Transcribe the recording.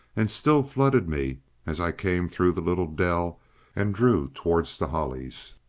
and still flooded me as i came through the little dell and drew towards the hollies.